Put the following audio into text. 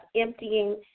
emptying